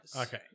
Okay